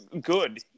good